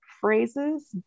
phrases